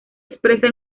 expresa